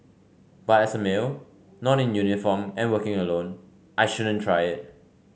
but as a male not in uniform and working alone I shouldn't try it